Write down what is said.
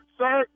sir